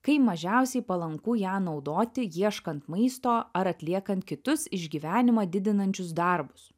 kai mažiausiai palanku ją naudoti ieškant maisto ar atliekant kitus išgyvenimą didinančius darbus